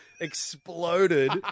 exploded